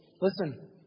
Listen